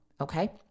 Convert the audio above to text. Okay